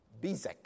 Bezek